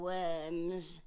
Worms